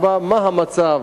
4. מה הוא המצב